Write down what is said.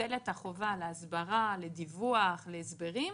מוטלת החובה על ההסברה, הדיווח, ההסברים,